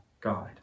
guide